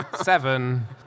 Seven